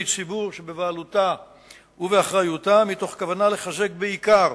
ציבור שבבעלותה ובאחריותה מתוך כוונה לחזק בעיקר